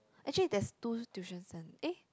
actually there's two tuition cen~ eh